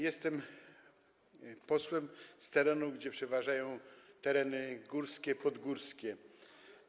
Jestem posłem z terenu, gdzie przeważają tereny górskie i podgórskie.